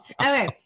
Okay